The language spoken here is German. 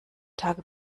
tage